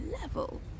level